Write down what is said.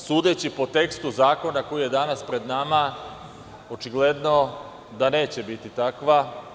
Sudeći po tekstu zakona koji je danas pred nama, očigledno da neće biti takva.